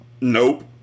Nope